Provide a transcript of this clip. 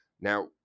Now